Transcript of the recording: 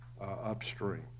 upstream